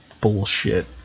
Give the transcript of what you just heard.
bullshit